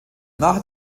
nach